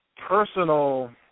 personal